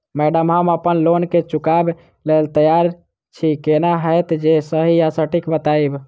Madam हम अप्पन loan केँ चुकाबऽ लैल तैयार छी केना हएत जे सही आ सटिक बताइब?